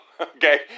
okay